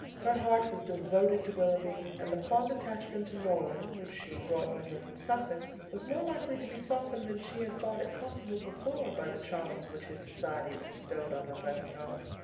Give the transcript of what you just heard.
her heart was devoted to willoughby, and the fond attachment to norland, which she brought with her from sussex, was more likely to be softened than she had thought it possible before, by the charms which his society bestowed on her present home.